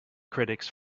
critics